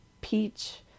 peach